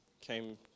came